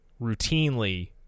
routinely